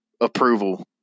approval